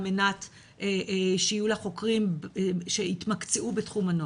מנת שיהיו לה חוקרים שהתמקצעו בתחום הנוער,